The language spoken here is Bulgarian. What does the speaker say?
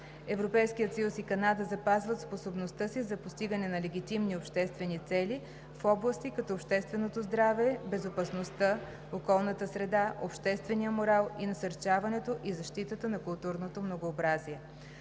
Европейският съюз и Канада запазват способността си за постигане на легитимни обществени цели в области, като общественото здраве, безопасността, околната среда, обществения морал и насърчаването и защитата на културното многообразие.